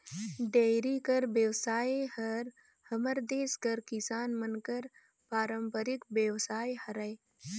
dairy कर बेवसाय हर हमर देस कर किसान मन कर पारंपरिक बेवसाय हरय